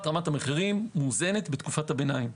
רמת המחירים מאוזנת בתקופת הביניים.